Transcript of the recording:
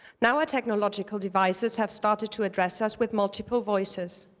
now our technological devices have started to address us with multiple voices.